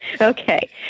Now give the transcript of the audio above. Okay